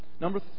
Number